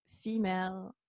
female